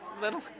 Little